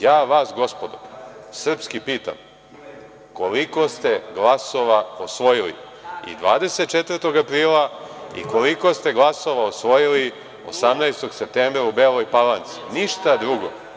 Ja vas, gospodo, srpski pitam koliko ste glasova osvojili i 24. aprila i koliko ste glasova osvojili 18. septembra u Beloj Palanci, ništa drugo.